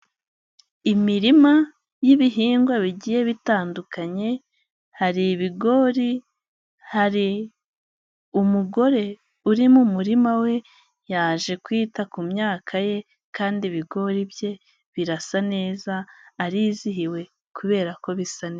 Imirima y'ibihingwa bigiye bitandukanye; hari ibigori, hari umugore uri mu murima we yaje kwita ku myaka ye kandi ibigori bye birasa neza arizihiwe kubera ko bisa neza.